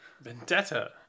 Vendetta